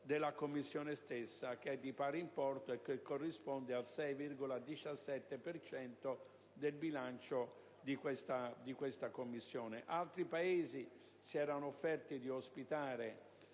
della Commissione stessa, che è di pari importo e corrisponde al 6,17 per cento di detto bilancio. Altri Paesi si erano offerti di ospitare